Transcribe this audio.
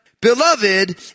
Beloved